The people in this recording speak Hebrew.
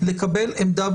לקבל עמדה.